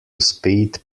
speed